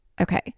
okay